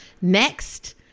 Next